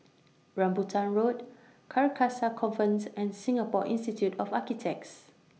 Rambutan Road Carcasa Convent and Singapore Institute of Architects